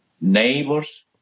neighbors